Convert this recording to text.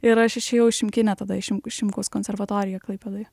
ir aš išėjau į šimkinė tada į šim šimkaus konservatoriją klaipėdoje